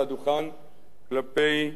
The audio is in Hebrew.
כלפי שר הביטחון.